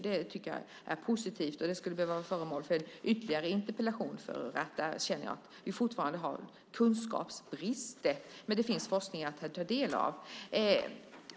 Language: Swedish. Det är positivt, och det skulle behöva bli föremål för en ytterligare interpellation, för jag känner att det finns kunskapsbrister. Men det finns forskning att ta del av.